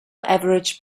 average